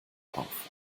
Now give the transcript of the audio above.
auf